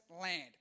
land